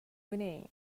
whinnying